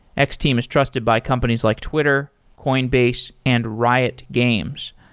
x-team is trusted by companies like twitter, coinbase and riot games.